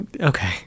okay